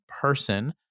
person